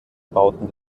bauten